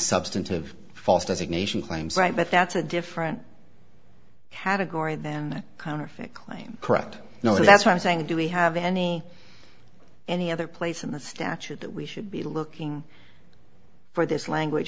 substantive false designation claims right but that's a different category than counterfeit claim correct you know that's what i'm saying do we have any any other place in the statute that we should be looking for this language